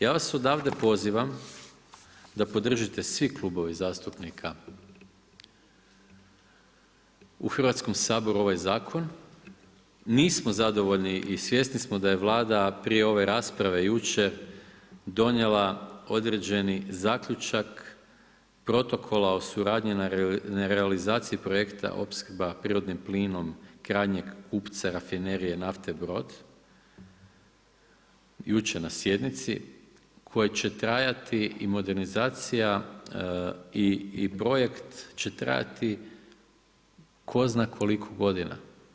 Ja vas odavde pozivam da podržite svi klubovi zastupnika u Hrvatskom saboru ovaj zakon, nismo zadovoljni i svjesni smo da je Vlada prije ove rasprave jučer donijela određeni zaključak protokola o suradnji na realizaciji projekta opskrba prirodnim plinom krajnjeg kupca rafinerije nafte Brod jučer na sjednici, kojom će trajati i modernizacija i projekt će trajati, ko zna koliko godina.